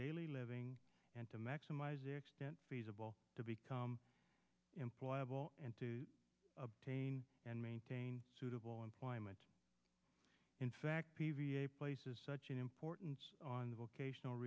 daily living and to maximize extent feasible to become employable and obtain and maintain suitable employment in fact p v a places such importance on vocational